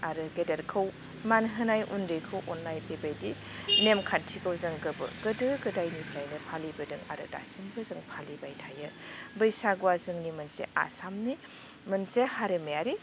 आरो गेदेरखौ मान होनाय उन्दैखौ अन्नाय बेबायदि नेमखान्थिखौ जों गोदो गोदायनिफ्रायनो फालिबोदों आरो दासिमबो जों फालिबाय थायो बैसागुआ जोंनि मोनसे आसामनि मोनसे हारिमायारि